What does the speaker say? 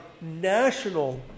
national